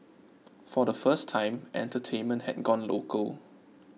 for the first time entertainment had gone local